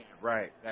Right